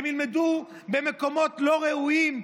הם ילמדו במקומות לא ראויים,